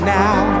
now